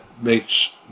makes